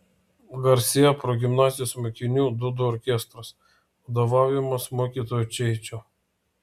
garsėjo progimnazijos mokinių dūdų orkestras vadovaujamas mokytojo čeičio